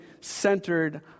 centered